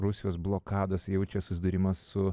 rusijos blokados jau čia susidūrimas su